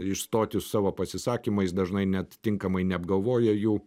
išstoti su savo pasisakymais dažnai net tinkamai neapgalvoja jų